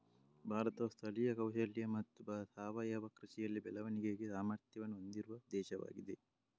ಭಾರತವು ಸ್ಥಳೀಯ ಕೌಶಲ್ಯ ಮತ್ತು ಸಾವಯವ ಕೃಷಿಯಲ್ಲಿ ಬೆಳವಣಿಗೆಗೆ ಸಾಮರ್ಥ್ಯವನ್ನು ಹೊಂದಿರುವ ದೇಶವಾಗಿದೆ